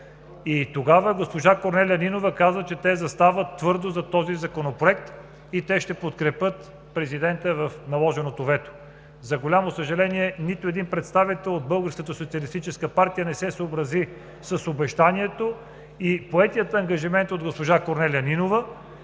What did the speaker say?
И тогава госпожа Корнелия Нинова каза, че те застават твърдо зад този законопроект и ще подкрепят президента в наложеното вето. За голямо съжаление, нито един представител от Българската социалистическа партия не се съобрази с обещанието и поетия ангажимент от госпожа Корнелия Нинова.